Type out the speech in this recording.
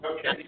Okay